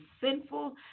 sinful